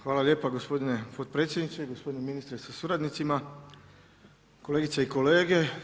Hvala lijepa gospodine potpredsjedniče, gospodine ministre sa suradnicima, kolegice i kolege.